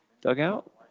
dugout